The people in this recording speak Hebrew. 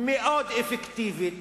מאוד אפקטיבית.